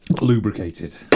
Lubricated